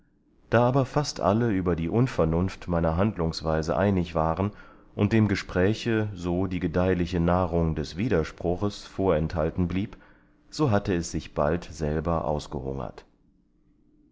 da aber fast alle über die unvernunft meiner handlungsweise einig waren und dem gespräche so die gedeihliche nahrung des widerspruches vorenthalten blieb so hatte es sich bald selber ausgehungert